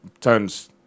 turns